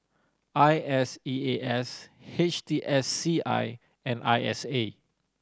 I S E A S H T S C I and I S A